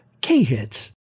K-Hits